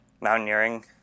mountaineering